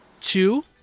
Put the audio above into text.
Two